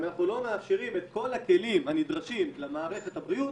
אנחנו מונעים את כל הכלים הנדרשים למערכת הבריאות